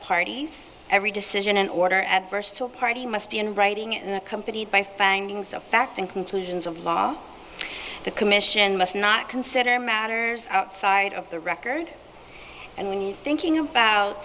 party every decision in order adverse to a party must be in writing in the company by fangs of fact and conclusions of law the commission must not consider matters outside of the record and when you're thinking about